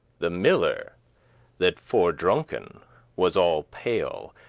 the miller that fordrunken was all pale,